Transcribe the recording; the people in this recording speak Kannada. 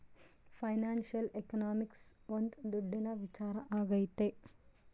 ಫೈನಾನ್ಶಿಯಲ್ ಎಕನಾಮಿಕ್ಸ್ ಒಂದ್ ದುಡ್ಡಿನ ವಿಚಾರ ಆಗೈತೆ